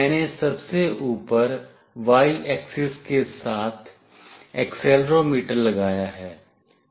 मैंने सबसे ऊपर y axis के साथ एक्सेलेरोमीटर लगाया है